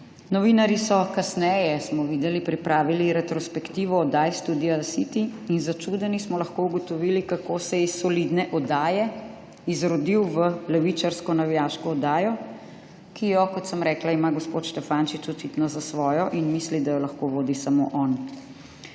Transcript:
Novinarji so kasneje, smo videli, pripravili retrospektivo oddaj Studia City in začudeni smo lahko ugotovili, kako se je iz solidne oddaje izrodil v levičarsko navijaško oddajo, ki jo, kot sem rekla, ima gospod Štefančič očitno za svojo in misli, da jo lahko vodi samo on.